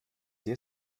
sie